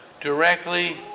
directly